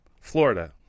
Florida